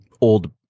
old